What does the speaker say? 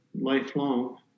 lifelong